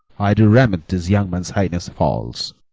i do remit these young men's heinous faults.